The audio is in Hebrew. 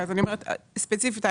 ספציפית,